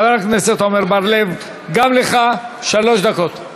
חבר הכנסת עמר בר-לב, גם לך, שלוש דקות.